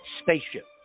spaceship